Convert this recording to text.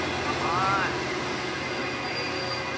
come on! i haven't seen you in days!